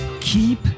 keep